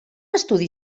estudi